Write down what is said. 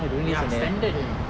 ya standard you know